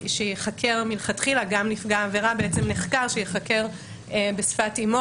שייחקר מלכתחילה גם נפגע עבירה בשפת אמו